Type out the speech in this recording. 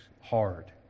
hard